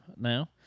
now